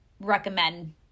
recommend